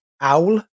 owl